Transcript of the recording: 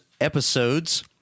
episodes